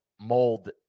mold